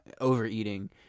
overeating